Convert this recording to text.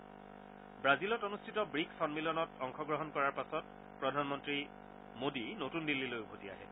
ৱাজিলত অনুষ্ঠিত ৱিক্ছ সন্মিলনত অংশগ্ৰহণ কৰাৰ পাছত প্ৰধানমন্ত্ৰী নতুন দিল্লীলৈ উভতি আহে